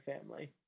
family